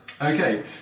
okay